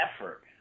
effort